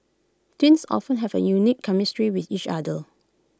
twins often have A unique chemistry with each other